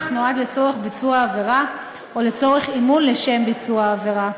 נועד לצורך ביצוע עבירה או לצורך אימון לשם ביצוע עבירה.